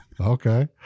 Okay